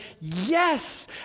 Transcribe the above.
yes